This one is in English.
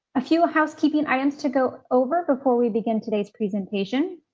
a few housekeeping items to go over before we begin today's presentation,